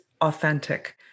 authentic